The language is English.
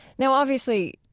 now, obviously,